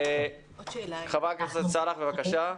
ח"כ הכנסת סאלח בבקשה.